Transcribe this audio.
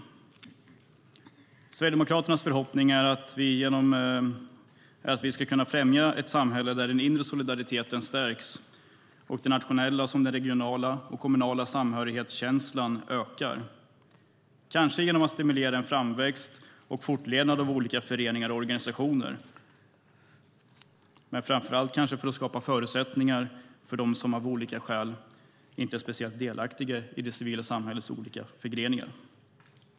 Sverigedemokraternas förhoppning är att vi ska kunna främja ett samhälle där den inre solidariteten stärks och den nationella, regionala och kommunala samhörighetskänslan ökar - kanske genom att stimulera en framväxt och fortlevnad av olika föreningar och organisationer men framför allt genom att skapa bättre förutsättningar för dem som av olika skäl inte är speciellt delaktiga i det civila samhällets olika förgreningar.